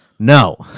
No